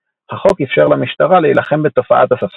החוק איפשר למשטרה להילחם בתופעת הספסרות,